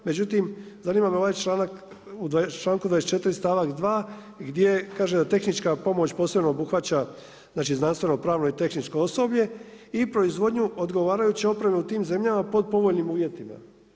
Međutim, zanima me ovaj članak 24. stavak 2 gdje kaže da tehnička pomoć posebno obuhvaća znači znanstveno, pravno i tehničko osoblje i proizvodnju odgovarajuće opreme u tim zemljama pod povoljnim uvjetima.